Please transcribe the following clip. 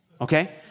Okay